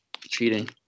cheating